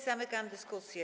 Zamykam dyskusję.